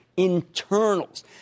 internals